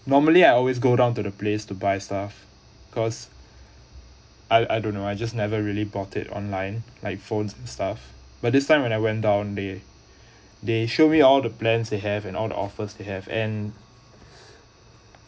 normally I always go down to the place to buy stuff cause I I don't know I just never really bought it online like phones and stuff but this time when I went down they they showed me all the plans they have and all the offers they have and